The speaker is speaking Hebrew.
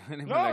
אין לי מה להגיב.